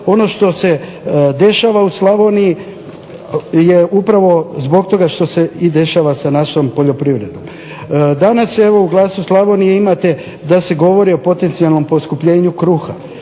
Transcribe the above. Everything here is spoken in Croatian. ono što se dešava u Slavoniji je upravo zbog toga što se dešava sa našom poljoprivredom. Danas u Glasu Slavonije imate da se govori o potencijalnom poskupljenju kruha,